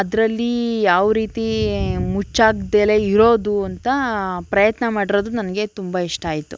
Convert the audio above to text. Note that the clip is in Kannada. ಅದ್ರಲ್ಲಿ ಯಾವ ರೀತಿ ಮುಚ್ಚಾಗ್ದೇ ಇರೋದು ಅಂತ ಪ್ರಯತ್ನ ಮಾಡಿರೋದು ನನಗೆ ತುಂಬ ಇಷ್ಟ ಆಯಿತು